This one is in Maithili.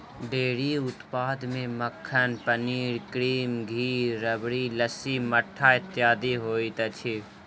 डेयरी उत्पाद मे मक्खन, पनीर, क्रीम, घी, राबड़ी, लस्सी, मट्ठा इत्यादि होइत अछि